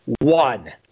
One